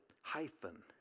hyphen